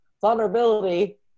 Vulnerability